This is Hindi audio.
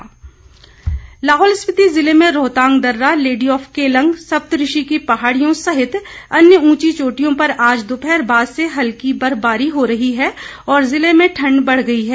मौसम लाहौल स्पीति ज़िले में रोहतांग दर्रा लेडी ऑफ केलंग सप्तऋषि की पहाड़ियों सहित अन्य ऊंची चोटियों पर आज दोपहर बाद से हल्की बर्फबारी हो रही है और जिले में ठण्ड बढ़ गई है